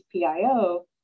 PIO